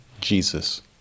Jesus